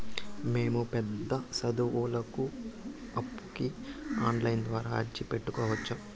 మేము పెద్ద సదువులకు అప్పుకి ఆన్లైన్ ద్వారా అర్జీ పెట్టుకోవచ్చా?